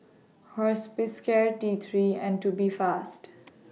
Hospicare T three and Tubifast